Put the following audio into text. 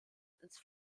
ins